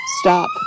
Stop